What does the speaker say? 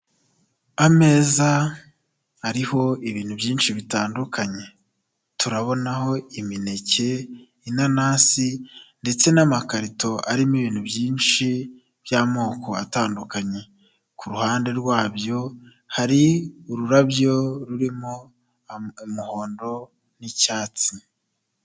Ameza hariho ibintu byinshi bitandukanye, turabonaho imineke, inanasi ndetse n'amakarito arimo ibintu byinshi by'amoko atandukanye, ku ruhande rwabyo hari ururabyo rurimo umuhondo n'icyatsi.